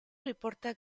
riporta